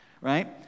right